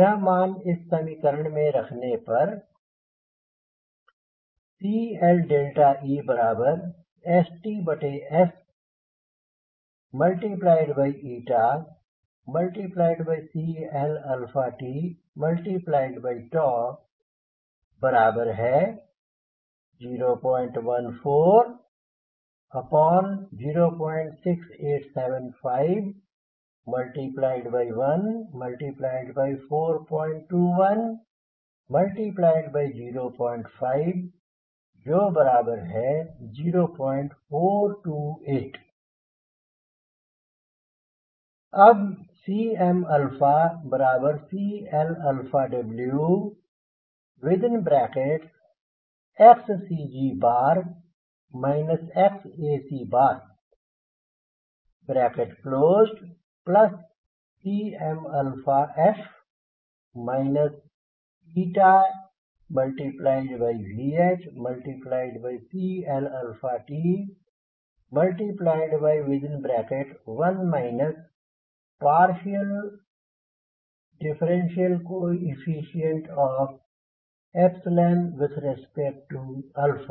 यह मान इस समीकरण में रखने पर रखने पर CLe StS CLt 01406875142105 0428 अब Cm CLW Cm f